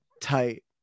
tight